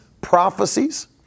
prophecies